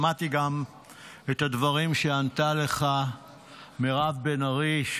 שמעתי גם את הדברים שענתה לך מירב בן ארי,